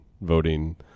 voting